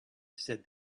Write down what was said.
said